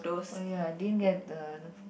oh ya didn't get the the